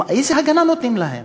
איזה הגנה נותנים להם?